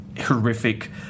horrific